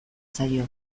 zaio